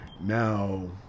now